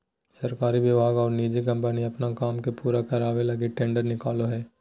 सरकारी विभाग और निजी कम्पनी अपन काम के पूरा करावे लगी टेंडर निकालो हइ